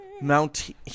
Mount